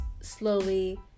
slowly